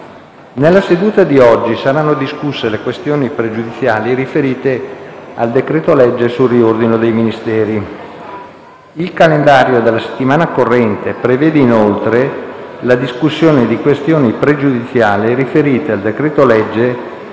Nella seduta di oggi saranno discusse le questioni pregiudiziali riferite al decreto-legge sul riordino dei Ministeri. Il calendario della settimana corrente prevede inoltre la discussione di questioni pregiudiziali riferite al decreto-legge